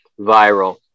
viral